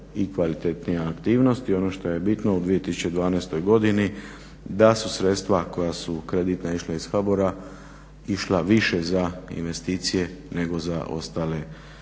i kvalitetnija aktivnost i ono što je bitno u 2012. godini da su sredstva koja su kreditna išla iz HABOR-a išla više za investicije nego za ostale projekte